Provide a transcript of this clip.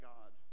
God